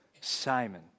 Simon